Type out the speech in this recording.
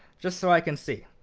just so i can see.